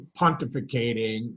pontificating